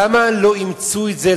למה לא אימצו את זה?